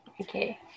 Okay